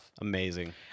Amazing